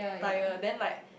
tyre then like